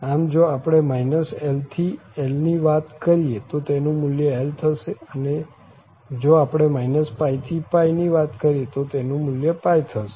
આમ જો આપણે l થી l ની વાત કરીએ તો તેનું મુલ્ય l થશે અને જો આપણે -π થી π ની વાત કરીએ તો તેનું મુલ્ય થશે